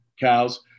cows